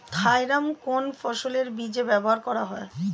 Thiram কোন ফসলের বীজে ব্যবহার করা হয়?